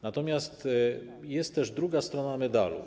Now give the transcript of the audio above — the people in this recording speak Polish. Natomiast jest też druga strona medalu.